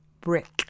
brick